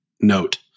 note